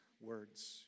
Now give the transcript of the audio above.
words